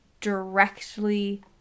directly